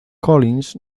collins